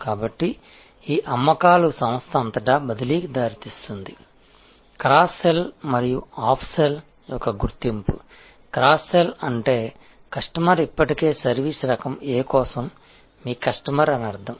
కాబట్టి ఈ అమ్మకాలు సంస్థ అంతటా బదిలీకి దారితీస్తుంది క్రాస్ సెల్ మరియు అప్ సెల్ యొక్క గుర్తింపు క్రాస్ సెల్ అంటే కస్టమర్ ఇప్పటికే సర్వీస్ రకం A కోసం మీ కస్టమర్ అని అర్థం